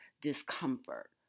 discomfort